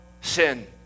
sin